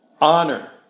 Honor